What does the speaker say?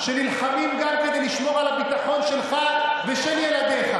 שנלחמים גם כדי לשמור על הביטחון שלך ושל ילדיך.